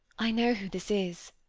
i know who this is,